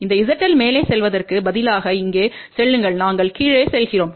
இந்த zL மேலே செல்வதற்கு பதிலாக இங்கே செல்லுங்கள் நாங்கள் கீழே செல்கிறோம்